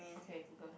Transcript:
okay google